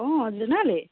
অঁ জোনালী